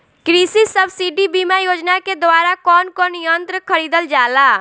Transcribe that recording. कृषि सब्सिडी बीमा योजना के द्वारा कौन कौन यंत्र खरीदल जाला?